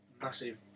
massive